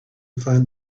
find